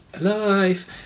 life